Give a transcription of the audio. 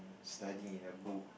studying in a book